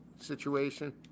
situation